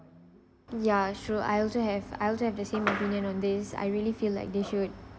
ya true I also have I also have the same opinion on this I really feel like they should